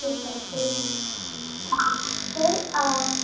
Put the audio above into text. केकाचें okay तर